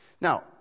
Now